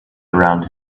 around